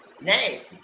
Nice